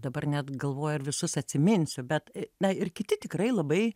dabar net galvoju ar visus atsiminsiu bet na ir kiti tikrai labai